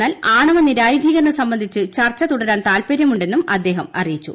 എന്നാൽ ആണവ നിരായുധീകരണം സംബന്ധിച്ച് ചർച്ച തുടരാൻ താൽപ്പര്യമുണ്ടെന്നും അദ്ദേഹം അറിയിച്ചു